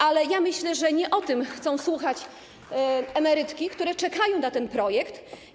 Ale myślę, że nie o tym chcą słuchać emerytki, które czekają na ten projekt.